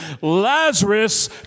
Lazarus